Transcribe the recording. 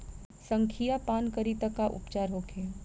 संखिया पान करी त का उपचार होखे?